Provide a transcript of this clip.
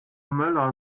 möller